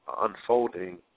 unfolding